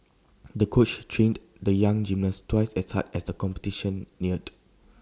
the coach trained the young gymnast twice as hard as the competition neared